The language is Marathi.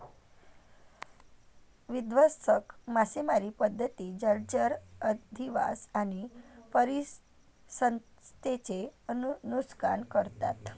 विध्वंसक मासेमारी पद्धती जलचर अधिवास आणि परिसंस्थेचे नुकसान करतात